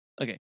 Okay